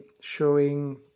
showing